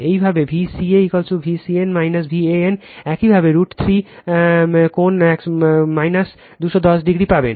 একইভাবে Vca Vcn ভ্যান একইভাবে রুট 3 কোণ 210o পাবেন